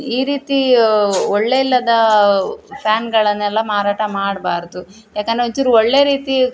ಈ ರೀತಿ ಒಳ್ಳೆಯ ಇಲ್ಲದ ಫ್ಯಾನ್ಗಳನ್ನೆಲ್ಲ ಮಾರಾಟ ಮಾಡಬಾರ್ದು ಯಾಕಂದರೆ ಒಂದ್ಚೂರು ಒಳ್ಳೆಯ ರೀತಿ